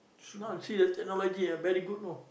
now you see that technology ah very good know